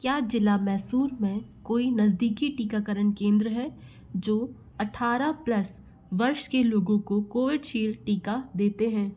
क्या जिला मैसूर में कोई नज़दीकी टीकाकरण केंद्र है जो अट्ठारह प्लस वर्ष के लोगों को कोवीशील्ड टीका देते हैं